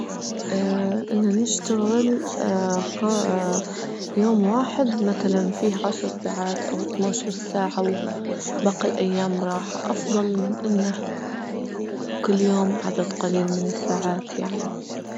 ا أنا نشتغل خ يوم واحد مثلا فيه عشر ساعات أو اتناشر ساعة وباقي الأيام راحة أفضل من أنه كل يوم عدد قليل من الساعات يعني.